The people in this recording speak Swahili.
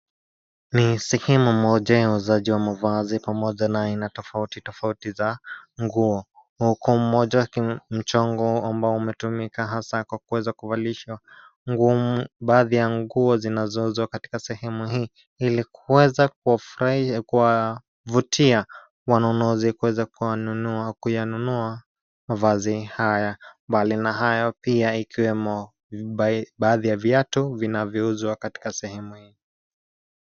Ni sehemu moja ya uuzaji wa mavazi pamoja na aina tofauti tofauti za nguo huku mmoja wa mchongo amabao umetumika hasa kwa kuweza kuvalishwa baadhi ya nguo zinazouzwa katika sehemu hii ili kuweza kuwavutia wanunuzi kuweza kuyanunua mavazi haya. Bali na hayo pia ikiwemo baadhi ya viatu vinavyouzwa katika sehemu hii.